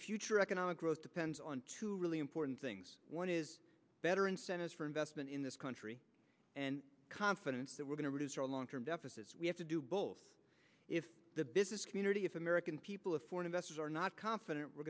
future economic growth depends on two really important things one is better incentives for investment in this country and confidence that we're going to reduce our long term deficits we have to do both if the business community if american people of foreign investors are not confident we're